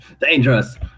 dangerous